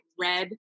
red